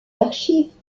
archives